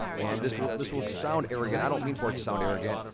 and this will this will sound arrogant. i don't mean for it to sound arrogant,